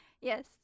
yes